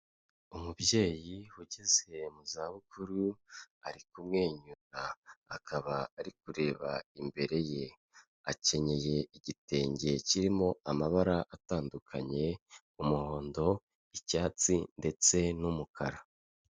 Umubyeyi ugeze mu za bukuru ari kumwenyura akaba ari kureba imbere ye, akenyeye igitenge kirimo amabara atandukanye umuhondo, icyatsi ndetse n'umukara.